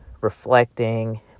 reflecting